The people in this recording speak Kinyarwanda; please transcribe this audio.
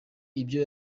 ibyo